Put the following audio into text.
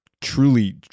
truly